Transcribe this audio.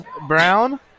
Brown